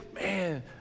man